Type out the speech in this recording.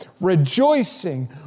Rejoicing